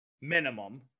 minimum